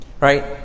Right